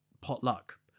potluck